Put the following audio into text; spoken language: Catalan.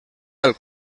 del